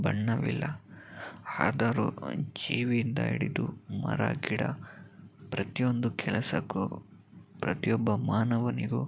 ಬಣ್ಣವಿಲ್ಲ ಆದರೂ ಜೀವಿಯಿಂದ ಹಿಡಿದು ಮರ ಗಿಡ ಪ್ರತಿಯೊಂದು ಕೆಲಸಕ್ಕೂ ಪ್ರತಿಯೊಬ್ಬ ಮಾನವನಿಗೂ